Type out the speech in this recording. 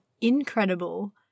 incredible